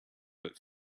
but